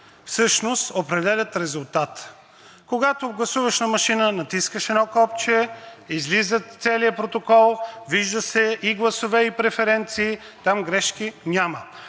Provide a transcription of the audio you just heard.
всъщност определят резултата. Когато гласуваш на машина, натискаш едно копче, излиза целият протокол, виждат се и гласове, и преференции – там грешки няма.